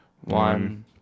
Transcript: one